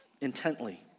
intently